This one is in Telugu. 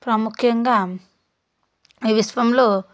ప్రాముఖ్యంగా ఈ విశ్వంలో